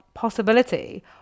possibility